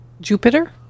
Jupiter